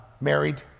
married